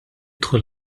dħul